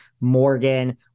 Morgan